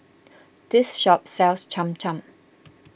this shop sells Cham Cham